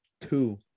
two